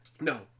No